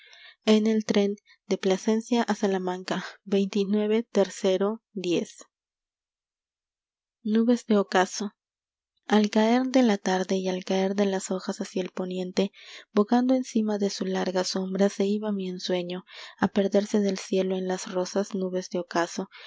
en el tren de plasencia a salamaca nubes de ocaso i caer de la larde y al caer de las hojas hacia el poniente bogando encima de su larga sombro se iba mi ensueño a perderse del cielo en las rosas nubes de ocaso